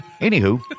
Anywho